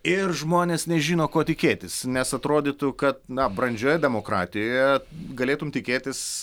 ir žmonės nežino ko tikėtis nes atrodytų kad na brandžioje demokratijoje galėtum tikėtis